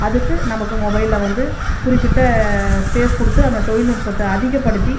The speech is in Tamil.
அதுக்கு நமக்கு மொபைலில் வந்து குறிப்பிட்ட ஸ்பேஸ் கொடுத்து அந்த தொழில்நுட்பத்தை அதிகப்படுத்தி